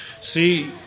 see